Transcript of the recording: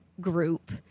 group